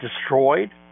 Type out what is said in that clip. destroyed